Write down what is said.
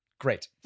Great